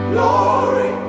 Glory